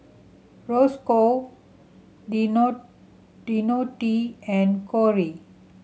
Roscoe Deonte and Corey